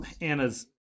Anna's